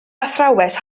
athrawes